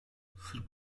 sırp